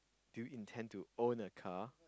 do you intend to own a car